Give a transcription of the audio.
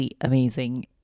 amazing